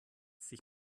sich